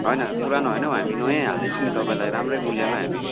होइन पुरानो होइन हौ हामी नयैँ हालिदिन्छौँ नि तपाईँलाई राम्रै मूल्यमा हामी